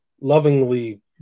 lovingly